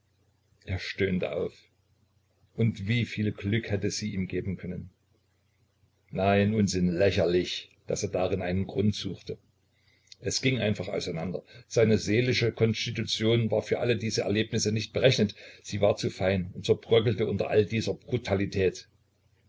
er stöhnte auf und wie viel glück hätte sie ihm geben können nein unsinn lächerlich daß er darin einen grund suchte er ging einfach auseinander seine seelische konstitution war für alle diese erlebnisse nicht berechnet sie war zu fein und zerbröckelte unter all dieser brutalität